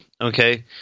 okay